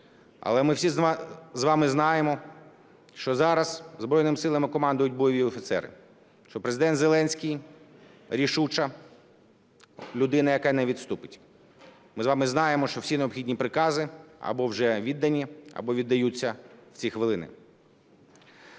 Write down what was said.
Але ми всі з вами знаємо, що зараз Збройними Силами командують бойові офіцери, що Президент Зеленський рішуча людина, яка не відступить. Ми з вами знаємо, що всі необхідні прикази або вже віддані, або віддаються в ці хвилини.